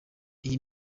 iyi